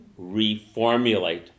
reformulate